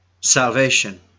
salvation